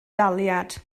daliad